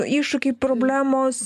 iššūkiai problemos